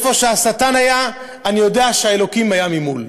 ואיפה שהשטן היה, אני יודע שהאלוקים היה ממול.